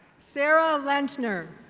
sarah lentner.